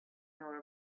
nor